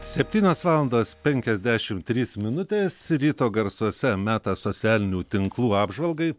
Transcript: septynios valandos penkiasdešimt trys minutės ryto garsuose metas socialinių tinklų apžvalgai